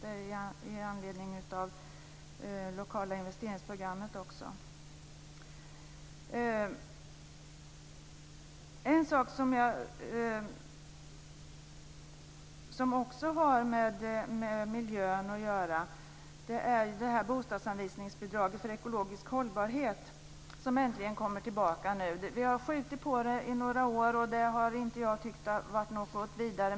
Det sker med anledning av det lokala investeringsprogrammet också. En sak som också har med miljön att göra är bostadsanvisningsbidraget för ekologisk hållbarhet som nu äntligen kommer tillbaka. Vi har skjutit på det i några år. Det har jag inte tyckt har varit något vidare.